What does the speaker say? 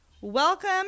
welcome